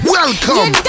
Welcome